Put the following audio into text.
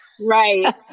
Right